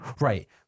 right